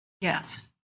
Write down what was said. Yes